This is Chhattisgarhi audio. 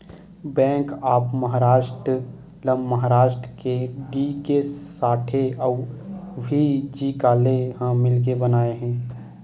बेंक ऑफ महारास्ट ल महारास्ट के डी.के साठे अउ व्ही.जी काले ह मिलके बनाए हे